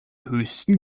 höchsten